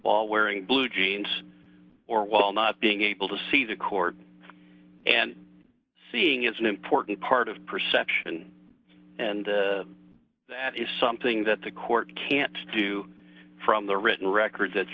while wearing blue jeans or well not being able to see the court and seeing is an important part of perception and that is something that the court can't do from the written record that